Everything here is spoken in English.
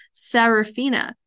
sarafina